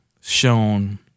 shown